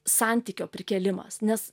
santykio prikėlimas nes